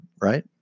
Right